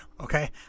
okay